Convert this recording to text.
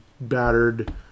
battered